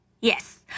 Yes